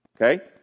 Okay